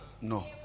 No